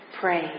pray